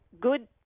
good